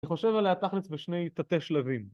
חושב עליה ת׳כלס בשני תתי-שלבים.